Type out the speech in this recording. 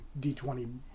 D20